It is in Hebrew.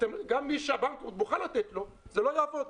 גם מי שהבנק מוכן לתת לו, זה לא יעבוד.